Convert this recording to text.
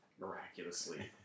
miraculously